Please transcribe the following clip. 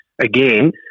Again